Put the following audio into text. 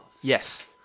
Yes